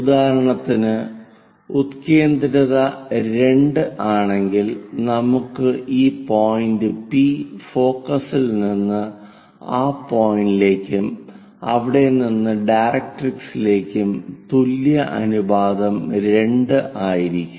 ഉദാഹരണത്തിന് ഉത്കേന്ദ്രത 2 ആണെങ്കിൽ നമുക്ക് ഈ പോയിന്റ് പി ഫോക്കസിൽ നിന്ന് ആ പോയിന്റിലേക്കും അവിടെ നിന്ന് ഡയറക്ട്രിക്സിലേക്കും തുല്യ അനുപാതം 2 ആയിരിക്കും